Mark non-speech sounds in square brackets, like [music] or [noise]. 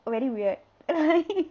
very weird [noise]